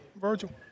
Virgil